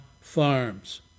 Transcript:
farms